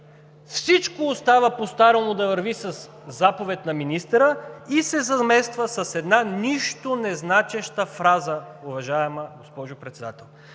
всичко остава постарому да върви – със заповед на министъра, и се замества с една нищо незначеща фраза, уважаема госпожо Председател!